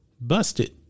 busted